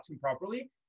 properly